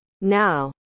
Now